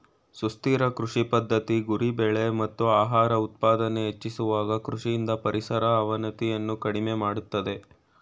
ಸುಸ್ಥಿರ ಕೃಷಿ ಪದ್ಧತಿ ಗುರಿ ಬೆಳೆ ಮತ್ತು ಆಹಾರ ಉತ್ಪಾದನೆ ಹೆಚ್ಚಿಸುವಾಗ ಕೃಷಿಯಿಂದ ಪರಿಸರ ಅವನತಿಯನ್ನು ಕಡಿಮೆ ಮಾಡ್ತದೆ